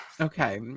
okay